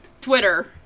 Twitter